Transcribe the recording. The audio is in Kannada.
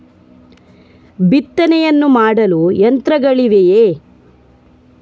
ಬಿತ್ತನೆಯನ್ನು ಮಾಡಲು ಯಂತ್ರಗಳಿವೆಯೇ?